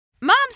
moms